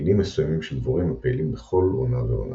מינים מסוימים של דבורים הפעילים בכל עונה ועונה.